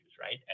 right